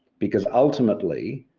because ultimately,